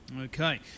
Okay